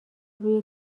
روی